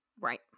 Right